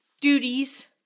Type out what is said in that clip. duties